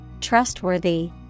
trustworthy